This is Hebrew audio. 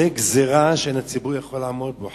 זו גזירה שאין הציבור יכול לעמוד בה.